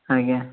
ଆଜ୍ଞା